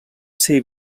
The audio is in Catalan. ser